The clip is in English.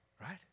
right